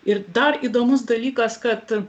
ir dar įdomus dalykas kad